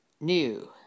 new